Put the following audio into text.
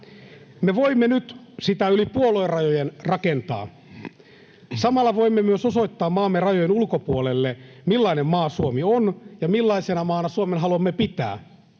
Me voimme nyt sitä yli puoluerajojen rakentaa. Samalla voimme myös osoittaa maamme rajojen ulkopuolelle, millainen maa Suomi on ja millaisena maana Suomen haluamme pitää.